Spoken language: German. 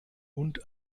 und